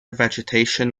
vegetation